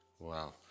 Wow